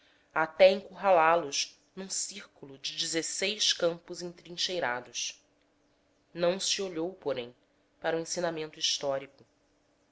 até encurralá los num círculo de dezesseis campos entrincheirados não se olhou porém para o ensinamento histórico